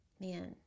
Man